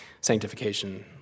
sanctification